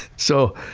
so,